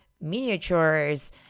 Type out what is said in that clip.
miniatures